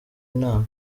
nama